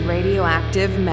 Radioactive